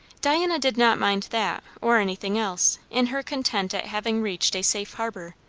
diana did not mind that or anything else, in her content at having reached a safe harbour,